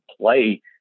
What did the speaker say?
play